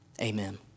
amen